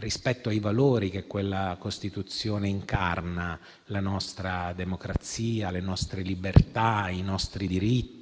rispetto ai valori che quella Costituzione incarna: la nostra democrazia, le nostre libertà, i nostri diritti